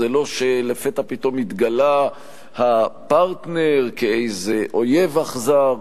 זה לא שלפתע פתאום התגלה הפרטנר כאיזה אויב אכזר.